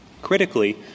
Critically